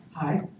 hi